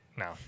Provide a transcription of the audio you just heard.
No